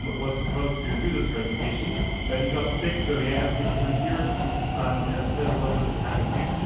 but was supposed to do this presentation but he got sick so he asked me to come here and spend a little bit of time with you.